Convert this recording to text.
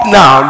now